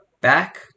back